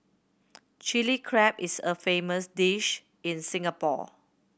Chilli Crab is a famous dish in Singapore